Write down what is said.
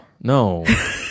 no